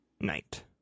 night